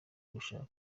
gushaka